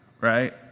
right